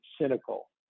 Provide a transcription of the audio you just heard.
cynical